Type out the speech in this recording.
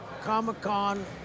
Comic-Con